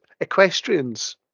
equestrians